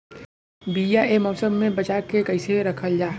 बीया ए मौसम में बचा के कइसे रखल जा?